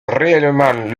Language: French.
réellement